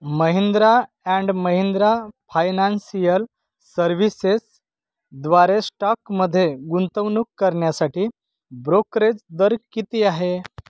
Mahindra and Mahindra financial सर्व्हिसेसद्वारे स्टॉकमध्ये गुंतवणूक करण्यासाठी ब्रोकरेज दर किती आहे